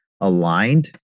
aligned